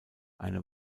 eine